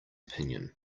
opinion